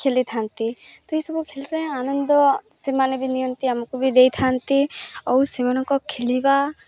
ଖେଲିଥାନ୍ତି ତ ଏଇସବୁ ଖେଲର ଆନନ୍ଦ ସେମାନେ ବି ନିଅନ୍ତି ଆମକୁ ବି ଦେଇଥାନ୍ତି ଆଉ ସେମାନଙ୍କ ଖେଲିବା